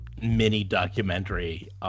mini-documentary